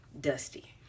dusty